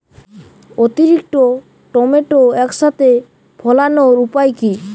অতিরিক্ত টমেটো একসাথে ফলানোর উপায় কী?